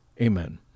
amen